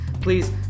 please